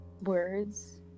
words